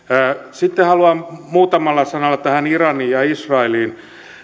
sitten haluan muutamalla sanalla tähän iraniin ja israeliin